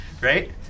right